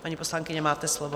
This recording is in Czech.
Paní poslankyně, máte slovo.